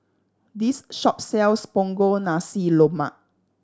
this shop sells Punggol Nasi Lemak